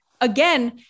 again